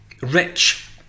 rich